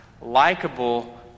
likable